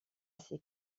ces